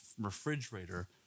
refrigerator